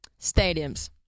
Stadiums